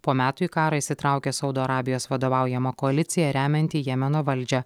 po metų į karą įsitraukė saudo arabijos vadovaujama koalicija remianti jemeno valdžią